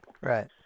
Right